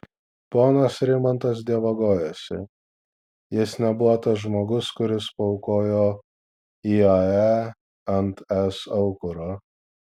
ponas rimantas dievagojasi jis nebuvo tas žmogus kuris paaukojo iae ant es aukuro